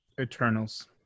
Eternals